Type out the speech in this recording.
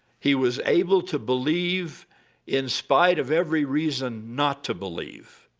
he was able to believe in spite of every reason not to believe